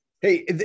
Hey